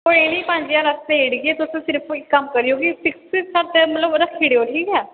कोई निं पंज ज्हार अस देई ओड़गे तुस इक कम्म करेओ कि फिक्स दे स्हाबै मतलब रक्खी ओड़ेओ ठीक ऐ